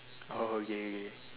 oh okay okay